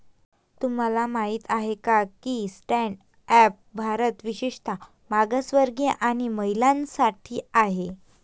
तुम्हाला माहित आहे का की स्टँड अप भारत विशेषतः मागासवर्गीय आणि महिलांसाठी आहे